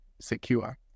secure